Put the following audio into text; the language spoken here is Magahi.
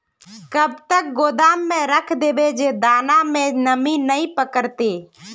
कब तक गोदाम में रख देबे जे दाना सब में नमी नय पकड़ते?